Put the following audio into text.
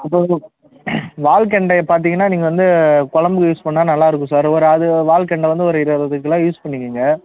இப்போ வந்து வால்கெண்டையை பார்த்தீங்கன்னா நீங்கள் வந்து கொழம்புக்கு யூஸ் பண்ணால் நல்லா இருக்கும் சார் ஒரு அது வால்கெண்டை வந்து ஒரு இருபது கிலோ யூஸ் பண்ணிக்கங்க